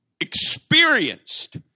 experienced